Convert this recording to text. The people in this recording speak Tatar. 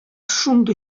шундый